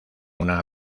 una